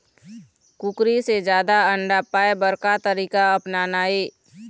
कुकरी से जादा अंडा पाय बर का तरीका अपनाना ये?